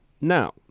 Now